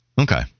Okay